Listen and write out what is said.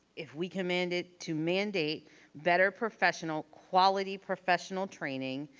if we command it to mandate better professional quality professional training,